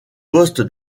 poste